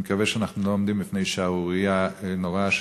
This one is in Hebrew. אני מקווה שאנחנו לא עומדים בפני שערורייה נוראה